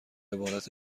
عبارت